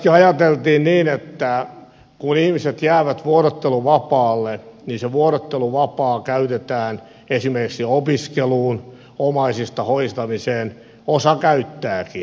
myöskin ajateltiin niin että kun ihmiset jäävät vuorotteluvapaalle se vuorotteluvapaa käytetään esimerkiksi opiskeluun omaisten hoitamiseen osa käyttääkin